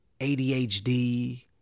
ADHD